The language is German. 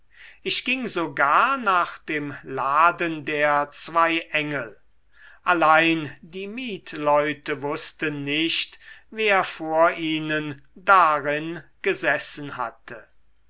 ich ging sogar nach dem laden der zwei engel allein die mietleute wußten nicht wer vor ihnen darin gesessen hatte